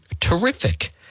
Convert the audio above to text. terrific